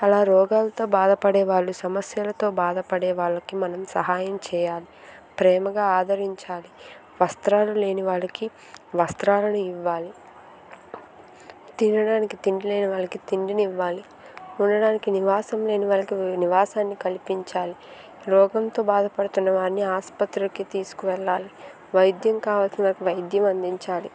అలా రోగాలతో బాధపడే వాళ్ళు సమస్యలతో బాధపడే వాళ్ళకి మనం సహాయం చేయాలి ప్రేమగా ఆదరించాలి వస్త్రాలు లేని వాళ్ళకి వస్త్రాలను ఇవ్వాలి తినడానికి తిండి లేనివారికి తిండినివ్వాలి ఉండడానికి నివాసం లేని వారికి నివాసాన్ని కల్పించాలి రోగంతో బాధపడుతున్న వారిని ఆసుపత్రికి తీసుకువెళ్లాలి వైద్యం కావాల్సిన వైద్యం అందించాలి